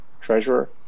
treasurer